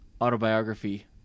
autobiography